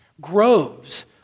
groves